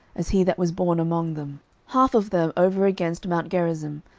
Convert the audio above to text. as he that was born among them half of them over against mount gerizim,